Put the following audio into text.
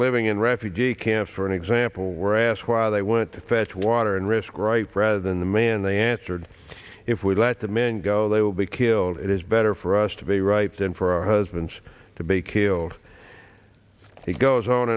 living in refugee camps for an example were asked why they went to fetch water and risk right rather than the man they answered if we let the men go they will be killed it is better for us to be right than for our husbands to be killed he goes on